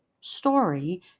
story